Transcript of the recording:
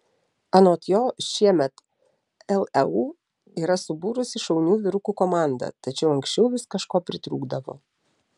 anot jo šiemet leu yra subūrusi šaunių vyrukų komandą tačiau anksčiau vis kažko pritrūkdavo